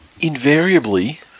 Invariably